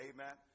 Amen